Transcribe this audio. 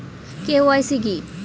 KYC কী?